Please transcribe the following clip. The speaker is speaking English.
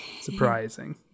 surprising